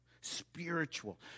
spiritual